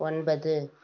ஒன்பது